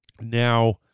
now